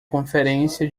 conferência